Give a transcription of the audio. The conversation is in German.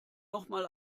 nochmal